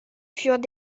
furent